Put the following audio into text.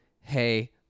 hey